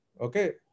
Okay